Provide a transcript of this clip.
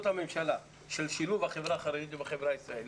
הממשלה של שילוב החברה החרדית עם החברה הישראלית,